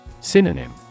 Synonym